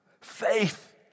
Faith